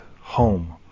home